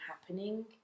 happening